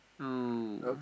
oh